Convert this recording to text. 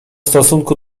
stosunku